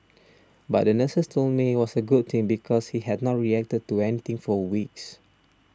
but the nurses told me it was a good thing because he had not reacted to anything for weeks